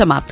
समाप्त